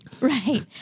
Right